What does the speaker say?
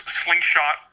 slingshot